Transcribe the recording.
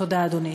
תודה, אדוני.